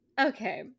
okay